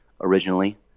originally